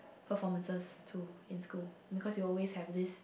performances too in school because we always have this